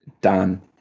Dan